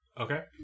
Okay